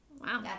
Wow